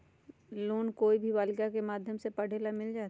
Loan कोई भी बालिका के माध्यम से पढे ला मिल जायत?